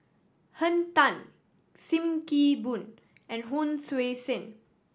Henn Tan Sim Kee Boon and Hon Sui Sen